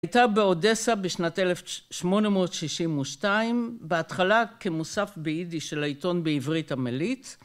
הייתה באודסה בשנת 1862 בהתחלה כמוסף ביידיש של העיתון בעברית המליץ,